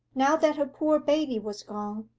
now that her poor baby was gone,